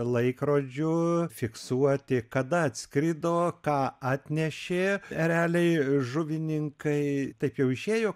laikrodžiu fiksuoti kada atskrido ką atnešė ereliai žuvininkai taip jau išėjo